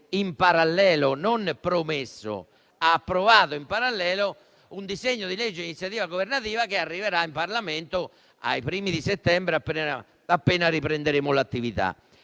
in parallelo - non lo ha promesso, ma lo ha approvato in parallelo - un disegno di legge di iniziativa governativa che arriverà in Parlamento i primi di settembre, appena riprenderemo l'attività.